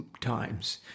times